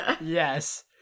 yes